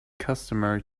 customary